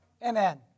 Amen